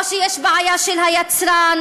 או שיש בעיה של היצרן.